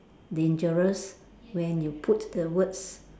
dangerous when you put the words